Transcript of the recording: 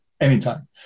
anytime